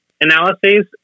analyses